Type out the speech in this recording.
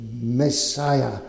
Messiah